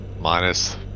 minus